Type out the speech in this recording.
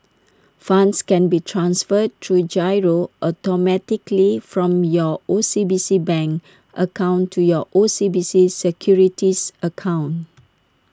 funds can be transferred through GIRO automatically from your O C B C bank account to your O C B C securities account